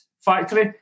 Factory